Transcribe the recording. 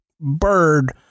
bird